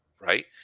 right